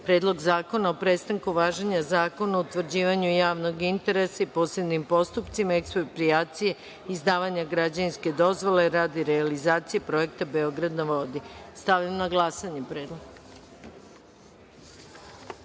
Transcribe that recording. Predlog zakona o prestanku važenja Zakona o utvrđivanju javnog interesa i posebnim postupcima eksproprijacije izdavanja građevinske dozvole radi realizacije Projekta „Beograd na vodi“.Stavljam na glasanje